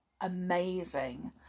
amazing